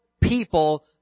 people